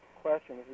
question